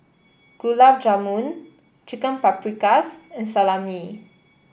Gulab Jamun Chicken Paprikas and Salami